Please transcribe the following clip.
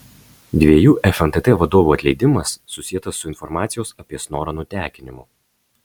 dviejų fntt vadovų atleidimas susietas su informacijos apie snorą nutekinimu